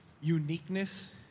uniqueness